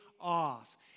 off